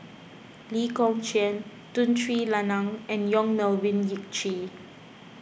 Lee Kong Chian Tun Sri Lanang and Yong Melvin Yik Chye